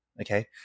okay